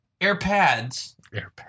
airpads